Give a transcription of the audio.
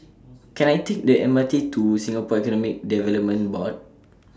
Can I Take The M R T to Singapore Economic Development Board